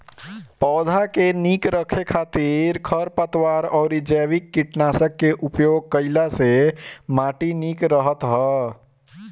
पौधा के निक रखे खातिर खरपतवार अउरी जैविक कीटनाशक के उपयोग कईला से माटी निक रहत ह